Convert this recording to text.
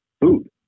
food